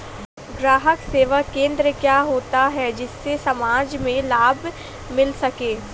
ग्राहक सेवा केंद्र क्या होता है जिससे समाज में लाभ मिल सके?